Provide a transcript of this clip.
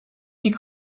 die